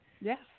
Yes